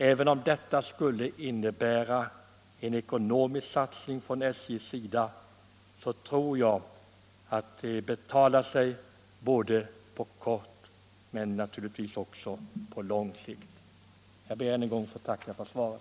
Även om detta skulle innebära en ekonomisk satsning från SJ:s sida, tror jag att det betalar sig på såväl kort som lång sikt. Jag ber än en gång att få tacka för svaret.